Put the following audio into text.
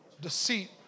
Deceit